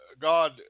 God